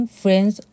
friends